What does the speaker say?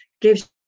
gives